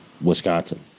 Wisconsin